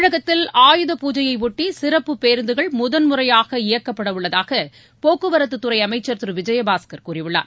தமிழகத்தில் ஆயுத பூஜையை ஒட்டி சிறப்பு பேருந்துகள் முதன்முறையாகஇயக்கப்பட உள்ளதாக போக்குவரத்து அமைச்சர் துறை திரு விஜயபாஸ்கர் கூறியுள்ளார்